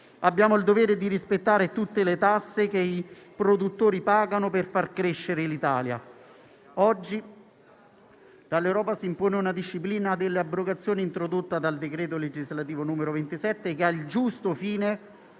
Abbiamo il dovere di rispettare tutte le tasse che i produttori pagano per far crescere l'Italia. Oggi dall'Europa si impone una disciplina delle abrogazioni, introdotta dal decreto legislativo n. 27 del 2021, che ha il giusto fine